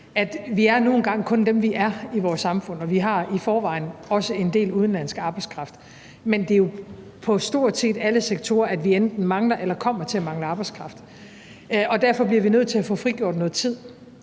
Vi er nu engang kun dem, vi er i vores samfund, og vi har i forvejen også en del udenlandsk arbejdskraft. Men det er jo på stort set alle sektorer, at vi enten mangler eller kommer til at mangle arbejdskraft, og derfor bliver vi nødt til at få frigjort noget tid